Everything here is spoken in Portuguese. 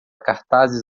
cartazes